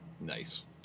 Nice